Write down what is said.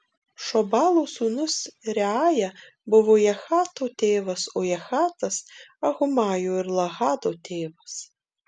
šobalo sūnus reaja buvo jahato tėvas o jahatas ahumajo ir lahado tėvas